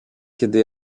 kiedy